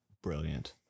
Brilliant